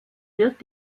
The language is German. wird